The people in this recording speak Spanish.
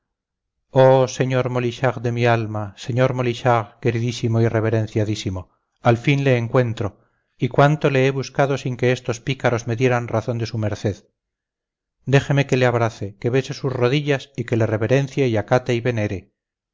oh sr molichard de mi alma sr molichard queridísimo y reverenciadísimo al fin le encuentro y cuánto le he buscado sin que estos pícaros me dieran razón de su merced déjeme que le abrace que bese sus rodillas y que le reverencie y acate y venere